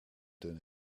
dun